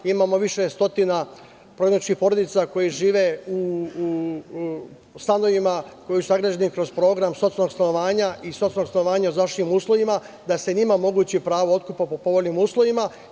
Imamo više stotina prognaničkih porodica koje žive u stanovima koji su sagrađeni kroz program socijalnog stanovanja i socijalnog stanovanja u zaštićenim uslovima, da se njima omogući pravo otkupa po povoljnim uslovima.